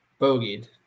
bogeyed